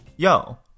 Yo